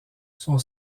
son